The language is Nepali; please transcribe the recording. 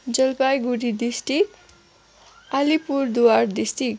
Jalpaiguri district Alipurduar district